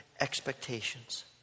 expectations